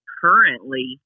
currently